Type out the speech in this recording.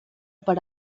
per